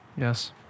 Yes